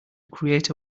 create